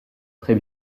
très